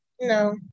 no